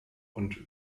und